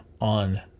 on